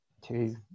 two